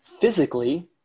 physically